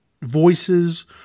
voices